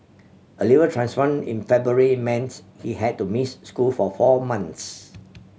a liver transplant in February meant he had to miss school for four months